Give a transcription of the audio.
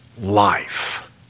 life